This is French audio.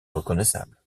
reconnaissable